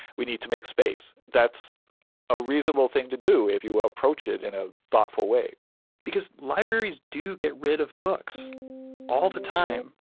we need to make space. that's a reasonable thing to do if you approach it in a thoughtful way because libraries do get rid of books all the time,